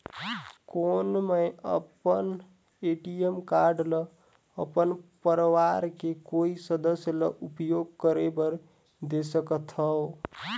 कौन मैं अपन ए.टी.एम कारड ल अपन परवार के कोई सदस्य ल उपयोग करे बर दे सकथव?